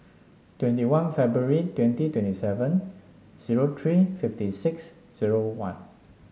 twenty one February twenty twenty seven zero three fifty six zero one